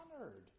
honored